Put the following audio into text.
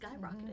skyrocketed